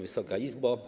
Wysoka Izbo!